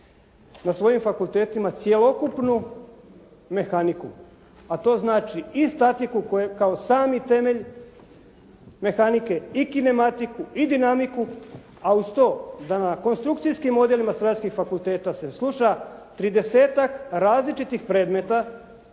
na svojim fakultetima cjelokupnu mehaniku, a to znači i statiku koju kao sami temelj mehanike i kinimatiku i dinamiku a uz to da na konstrukcijskim modelima strojarskih fakulteta 30-ak različitih predmeta